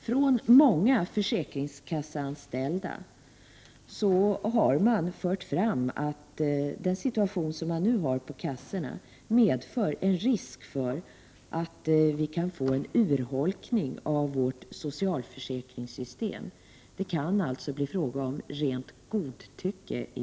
Från många försäkringskasseanställda har det förts fram att den nuvarande situationen på kassorna medför en risk för att vi kan få en urholkning av vårt socialförsäkringssystem — i vissa fall kan det bli fråga om rent godtycke.